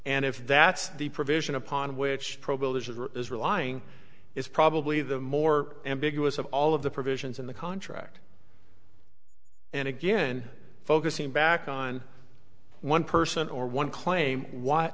and if that's the provision upon which is relying is probably the more ambiguous of all of the provisions in the contract and again focusing back on one person or one claim wh